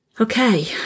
Okay